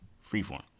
Freeform